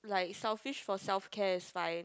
like selfish for self care is fine